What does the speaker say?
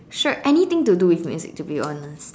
sure anything to do with music to be honest